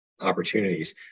opportunities